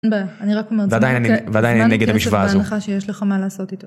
ועדיין אני ועדיין אני נגד המשוואה הזאת יש לך מה לעשות איתו.